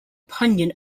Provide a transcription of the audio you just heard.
pungent